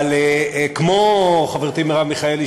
אבל כמו חברתי מרב מיכאלי,